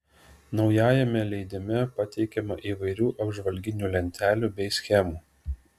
naujajame leidime pateikiama įvairių apžvalginių lentelių bei schemų